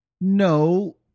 No